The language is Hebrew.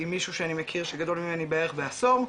עם מישהו שאני מכיר שגדול ממני בערך בעשור,